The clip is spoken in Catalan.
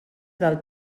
del